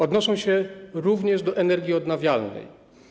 Odnoszą się również do energii odnawialnej.